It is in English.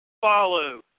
Follow